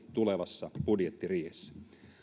tulevassa budjettiriihessä